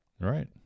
Right